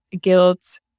guilt